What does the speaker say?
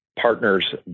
partner's